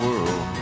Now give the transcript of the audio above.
World